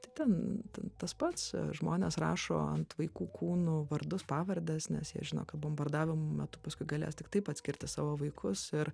tai ten ten tas pats žmonės rašo ant vaikų kūnų vardus pavardes nes jie žino kad bombardavimų metu paskui galės tik taip atskirti savo vaikus ir